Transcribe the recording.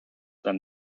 than